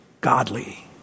godly